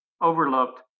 overlooked